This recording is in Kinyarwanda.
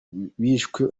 bishwe